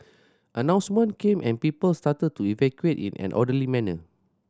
announcement came and people started to evacuate in an orderly manner